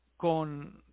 con